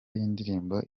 y’indirimbo